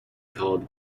called